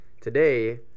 today